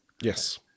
Yes